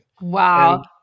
wow